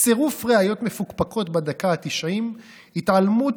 צירוף ראיות מפוקפקות בדקה ה-90, התעלמות,